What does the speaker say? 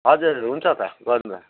हजुर हजुर हुन्छ त गरौँला